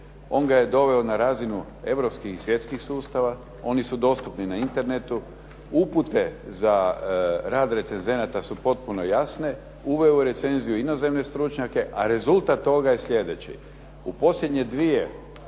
on ga je doveo na razinu europskih i svjetskih sustava, oni su dostupni na internetu, upute za rad recenzenata su potpuno jasne, uveo je recenziju inozemne stručnjake, a rezultat toga je sljedeći. U posljednje dvije